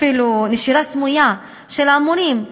אפילו נשירה סמויה של המורים,